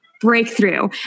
breakthrough